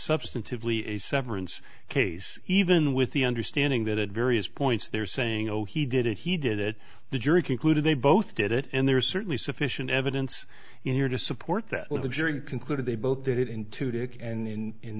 substantively a severance case even with the understanding that at various points they're saying oh he did it he did it the jury concluded they both did it and there's certainly sufficient evidence in here to support that with the jury concluded they both did it in two dick and in